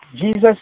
Jesus